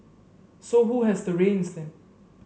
so who has the reins then